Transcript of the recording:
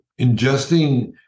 ingesting